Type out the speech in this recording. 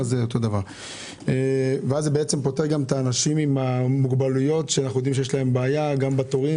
וזה גם פותר לאנשים עם מוגבלויות שיש להם בעיה גם בתורים.